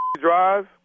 drive